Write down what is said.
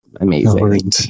amazing